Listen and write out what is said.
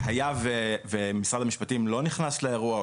היה ומשרד המשפטים לא נכנס לאירוע,